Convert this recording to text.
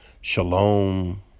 Shalom